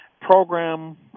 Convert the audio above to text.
program